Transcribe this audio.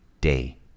day